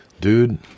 dude